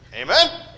Amen